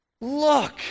look